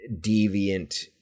deviant